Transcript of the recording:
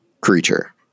creature